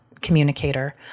communicator